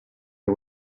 and